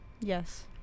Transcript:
yes